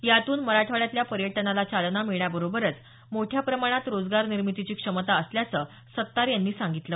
यातून मराठवाड्यातल्या पर्यटनाला चालना मिळण्याबरोबरच मोठ्या प्रमाणात रोजगार निर्मितीची क्षमता असल्याचं सत्तार यांनी सांगितलं